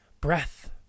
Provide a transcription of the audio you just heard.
Breath